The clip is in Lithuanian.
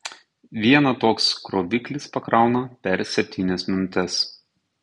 vieną toks kroviklis pakrauna per septynias minutes